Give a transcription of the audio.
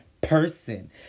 person